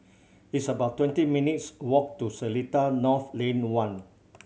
it's about twenty minutes' walk to Seletar North Lane One